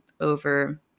over